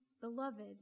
beloved